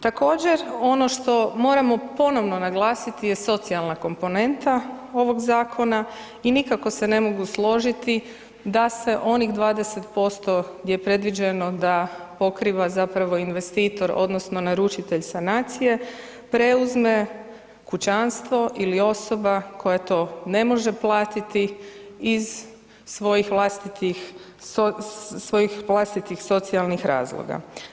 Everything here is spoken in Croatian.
Također ono što moramo ponovno naglasiti je socijalna komponenta ovog zakona i nikako se ne mogu složiti da se onih 20% gdje je predviđeno da pokriva zapravo investitor odnosno naručitelj sanacije preuzme kućanstvo ili osoba koja to ne može platiti iz svojih vlastitih, svojih vlastitih socijalnih razloga.